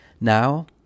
Now